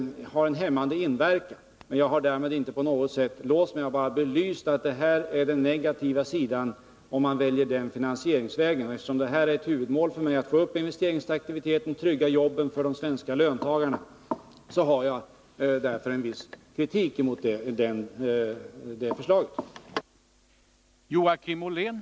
Jag frågade inte direkt vilken finansieringsform han ville välja — jag förstår att han inte är beredd att svara på det nu. Men jag frågade honom om han menade att en proms skulle kunna få negativa verkningar på införandet av ny teknik. Om jag fattade budgetministern rätt har han svarat ja på den frågan: